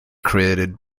created